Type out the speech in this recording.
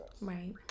Right